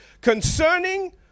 concerning